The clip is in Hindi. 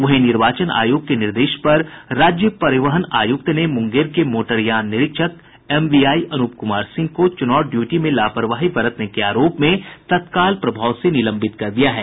वहीं निर्वाचन आयोग के निर्देश पर राज्य परिवहन आयुक्त ने मुंगेर के मोटरयान निरीक्षक एमवीआई अनुप कुमार सिंह को चुनाव ड्यूटी में लापरवाही बरतने के आरोप में तत्काल प्रभाव से निलंबित कर दिया है